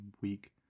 week